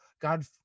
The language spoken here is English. God